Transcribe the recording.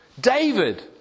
David